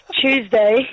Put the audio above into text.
Tuesday